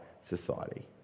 society